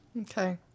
Okay